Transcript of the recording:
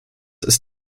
ist